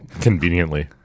conveniently